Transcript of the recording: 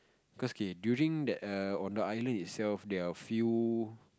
cause K during that err on the island itself there are a few